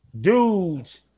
dudes